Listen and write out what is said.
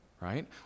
right